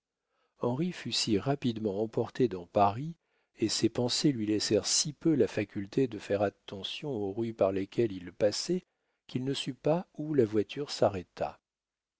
henri fut si rapidement emporté dans paris et ses pensées lui laissèrent si peu la faculté de faire attention aux rues par lesquelles il passait qu'il ne sut pas où la voiture s'arrêta